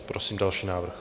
Prosím další návrh.